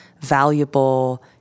valuable